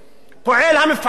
פועל המפעל,